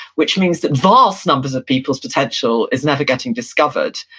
which means that vast numbers of peoples' potential is never getting discovered,